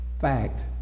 fact